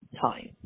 time